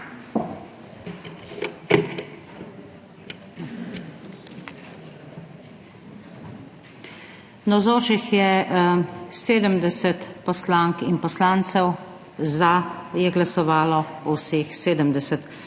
Navzočih je 70 poslank in poslancev, za je glasovalo o vseh 70.